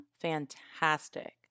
fantastic